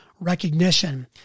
recognition